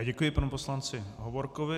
Děkuji panu poslanci Hovorkovi.